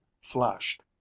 flashed